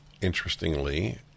Interestingly